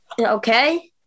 okay